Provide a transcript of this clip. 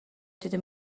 دیدی